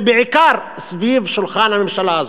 ובעיקר סביב שולחן הממשלה הזאת.